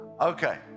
Okay